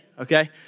okay